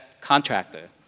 contractor